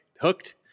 hooked